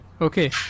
Okay